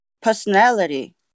personality